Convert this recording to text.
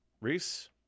Reese